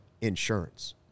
insurance